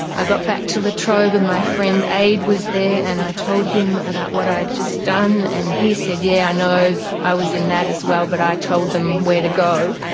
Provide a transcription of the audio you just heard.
i got back to la trobe and my friend ade was there and i told him about what i had just done and he said yeah, i know, i was in that as well but i told them where to go.